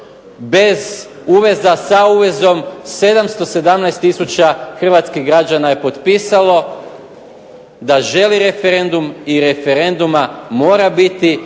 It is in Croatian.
bez uveza, sa uvezom, 717 tisuća hrvatskih građana je potpisalo da želi referendum i referenduma mora biti